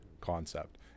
concept